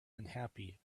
unhappy